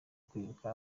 kwibuka